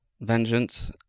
vengeance